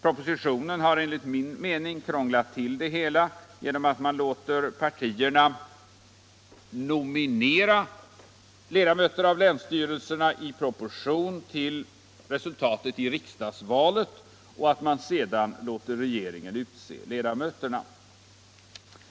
Propositionen har enligt min mening krånglat till det hela genom att man låter partierna nominera ledamöter av länsstyrelserna i proportion till resultatet i riksdagsvalen och att man sedan låter regeringen utse ledamöterna.